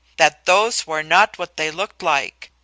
that those were not what they looked like.